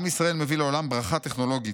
עם ישראל מביא לעולם ברכה טכנולוגית,